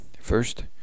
first